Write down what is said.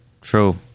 True